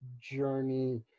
journey